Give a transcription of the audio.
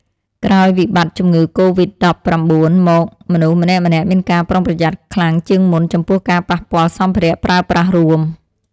ក្រោយវិបត្តិជំងឺកូវីដដប់ប្រាំបួនមកមនុស្សម្នាក់ៗមានការប្រុងប្រយ័ត្នខ្លាំងជាងមុន ចំពោះការប៉ះពាល់សម្ភារៈប្រើប្រាស់រួម។